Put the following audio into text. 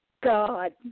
God